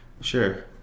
sure